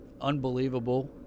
unbelievable